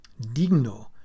Digno